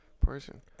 person